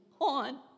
on